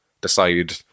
decide